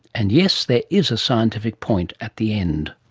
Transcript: and yes there is a scientific point at the end.